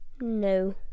No